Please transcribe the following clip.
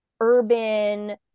urban